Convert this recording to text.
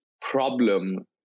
problem